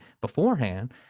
beforehand